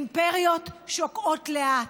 אימפריות שוקעות לאט,